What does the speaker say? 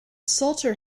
salter